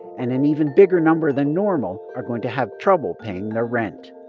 and an even bigger number than normal are going to have trouble paying their rent